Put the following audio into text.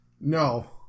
No